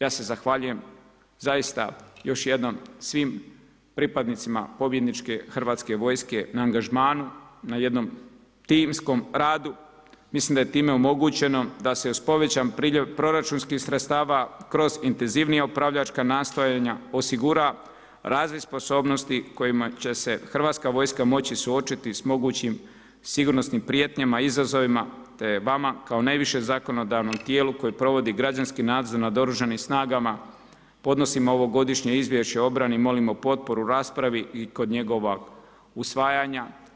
Ja se zahvaljujem zaista još jednom svim pripadnicima pobjedničke Hrvatska vojske na angažmanu i jednom timskom radu, mislim da je time omogućeno d se uz povećan priljev proračunskih sredstava kroz intenzivnija upravljačka nastojanja osigura razvoj sposobnosti s kojima će se Hrvatska vojska moći suočiti s mogućim sigurnosnim prijetnjama, izazovima te je vama kao najvišem zakonodavnom tijelu koje provodi građanski nadzor nad oružanim snagama podnosim ovo Godišnje izvješće o obrani i molimo potporu u raspravi i kod njegova usvajanja.